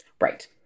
Right